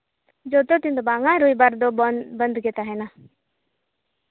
ᱡᱚᱛᱚ ᱫᱤᱱ ᱫᱚ ᱵᱟᱝᱼᱟ ᱨᱳᱵᱤᱵᱟᱨ ᱫᱚ ᱫᱚᱠᱟᱱ ᱵᱚᱱᱫᱷ ᱜᱮ ᱛᱟᱦᱮᱱᱟ